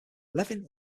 levin